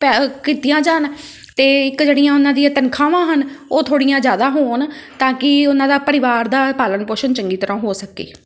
ਪੈ ਕੀਤੀਆਂ ਜਾਣ ਅਤੇ ਇੱਕ ਜਿਹੜੀਆਂ ਉਹਨਾਂ ਦੀਆਂ ਤਨਖਾਹਾਂ ਹਨ ਉਹ ਥੋੜ੍ਹੀਆਂ ਜ਼ਿਆਦਾ ਹੋਣ ਤਾਂ ਕਿ ਉਹਨਾਂ ਦਾ ਪਰਿਵਾਰ ਦਾ ਪਾਲਣ ਪੋਸ਼ਣ ਚੰਗੀ ਤਰ੍ਹਾਂ ਹੋ ਸਕੇ